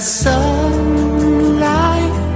sunlight